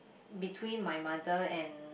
between my mother and